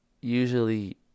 usually